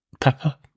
pepper